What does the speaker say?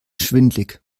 schwindelig